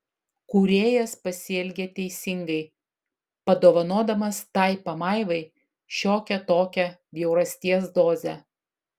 kūrėjas pasielgė teisingai padovanodamas tai pamaivai šiokią tokią bjaurasties dozę